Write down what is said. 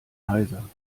heiser